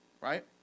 right